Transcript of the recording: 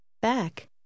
Back